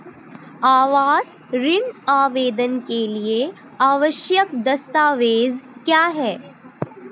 आवास ऋण आवेदन के लिए आवश्यक दस्तावेज़ क्या हैं?